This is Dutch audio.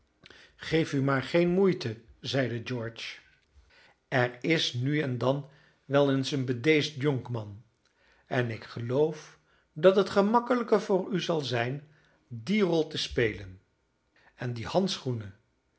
geef u maar geen moeite zeide george er is nu en dan wel eens een bedeesd jonkman en ik geloof dat het gemakkelijker voor u zal zijn die rol te spelen en die handschoenen